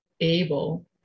able